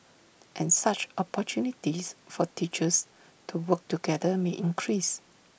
and such opportunities for teachers to work together may increase